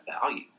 value